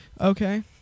okay